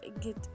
get